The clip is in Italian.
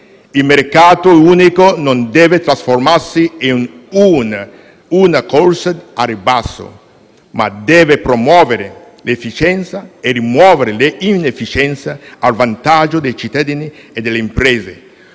il mercato unico non deve trasformarsi in una corsa al ribasso, ma deve promuovere le efficienze e rimuovere le inefficienze a vantaggio dei cittadini e delle imprese.